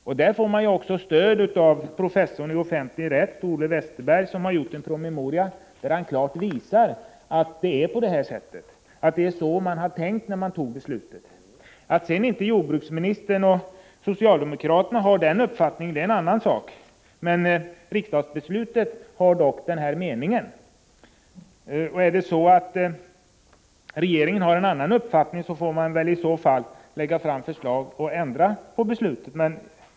Därvidlag får de stöd från professorn i offentlig rätt Ole Westerberg, som har upprättat en promemoria i vilken han klart visar att det förhåller sig på detta sätt — det är så man tänkte när beslutet fattades. Att jordbruksministern och övriga socialdemokrater inte hyser denna uppfattning är en annan sak, men riksdagsbeslutet har den här innebörden. Och är det så att regeringen har en annan uppfattning får den väl lägga fram förslag och ändra beslutet.